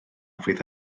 fydd